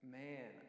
man